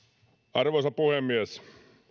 arvoisa puhemies